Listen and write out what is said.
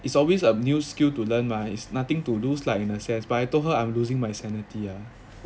it's always a new skill to learn mah it's nothing to lose lah in a sense but I told her I'm losing my sanity ah